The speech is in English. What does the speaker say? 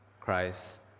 Christ